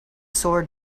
sword